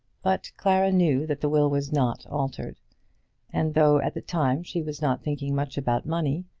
but clara knew that the will was not altered and though at the time she was not thinking much about money,